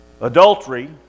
adultery